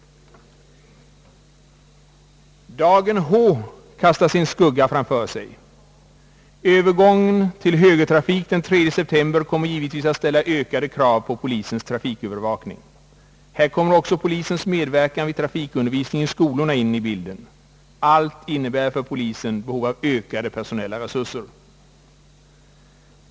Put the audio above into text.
Dagen H kastar sin skugga framför sig. Övergången till högertrafik den 3 september kommer givetvis att ställa ökade krav på polisens trafikövervakning. Här kommer också polisens medverkan vid trafikundervisningen i skolorna in i bilden. Allt innebär för polisen behov av ökade personella resurser.